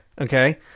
okay